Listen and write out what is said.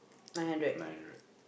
nine hundred